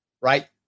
right